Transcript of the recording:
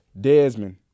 Desmond